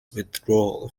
withdrawal